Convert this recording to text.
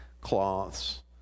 cloths